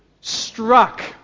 struck